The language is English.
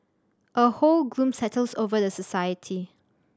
a whole gloom settles over the society